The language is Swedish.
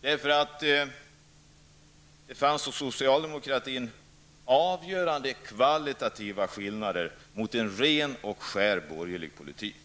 Det fanns nämligen hos socialdemokratin avgörande kvalitativa skillnader i jämförelse med en ren och skär borgerlig politik.